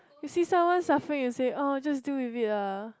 you see someone suffering you say orh just deal with lah